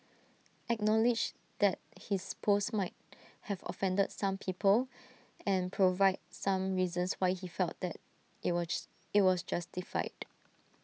acknowledge that his post might have offended some people and provide some reasons why he felt that IT was IT was justified